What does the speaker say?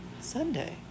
Sunday